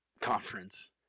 conference